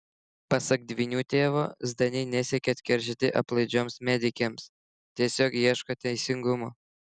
pasak dvynių tėvo zdaniai nesiekia atkeršyti aplaidžioms medikėms tiesiog ieško teisingumo